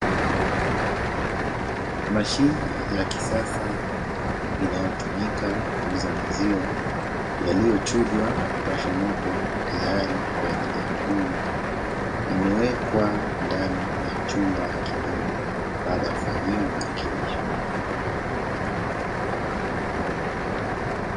Mashine ya kisasa inayotumika kuuza maziwa, yaliyochujwa na kupashwa moto tayari kwaajili ya kunywa, imewekwa ndani ya chumba kidogo baada ya kufanyiwa marekebisho.